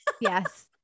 Yes